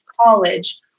college